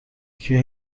یکی